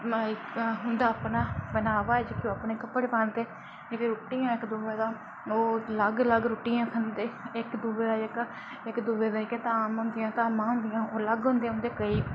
उं'दा अपना पहनावा इक कपड़े पांदे ओह् लग्ग लग्ग रुट्टियां खंदे इक दूए दा जेह्का इक दूए जेह्का धाम होंदियां धामां होंदियां ओह् लग्ग होंदियां कोई